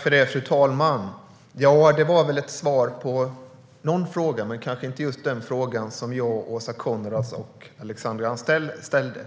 Fru talman! Detta var ett svar på någon fråga, men kanske inte på just den fråga som jag, Åsa Coenraads och Alexandra Anstrell ställde.